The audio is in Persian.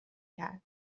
کرد